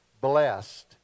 blessed